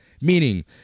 Meaning